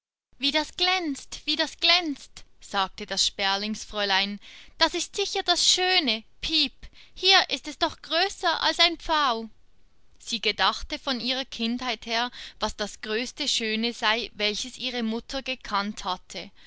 wie das glänzt wie das glänzt sagte das sperlingsfräulein das ist sicher das schöne piep hier ist es doch größer als ein pfau sie gedachte von ihrer kindheit her was das größte schöne sei welches ihre mutter gekannt hatte